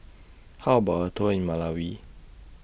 How about A Tour in Malawi